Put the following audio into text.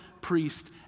priest